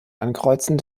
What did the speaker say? ankreuzen